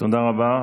תודה רבה.